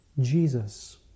Jesus